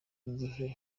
n’igihe